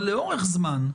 אבל לאורך זמן,